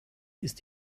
ist